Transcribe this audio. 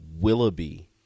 Willoughby